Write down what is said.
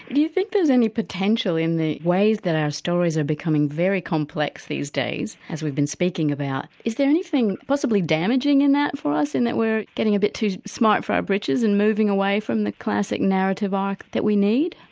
do you think there's any potential in the ways that our stories are becoming very complex these days, as we've been speaking about is there anything possibly damaging in that for us, in that we're getting a bit too smart for our britches and moving away from the classic narrative arc that we need?